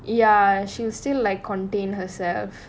ya she was still like contain herself